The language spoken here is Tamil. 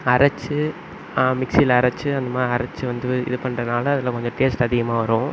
அரைச்சு மிக்ஸியில் அரைச்சு அந்தமாதிரி அரைச்சு வந்து இது பண்றதினால அதில் கொஞ்சம் டேஸ்ட் அதிகமாக வரும்